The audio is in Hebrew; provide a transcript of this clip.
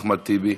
אחמד טיבי,